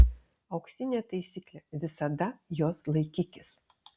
auksinė taisyklė visada jos laikykis